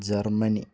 Germany